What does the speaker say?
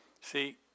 See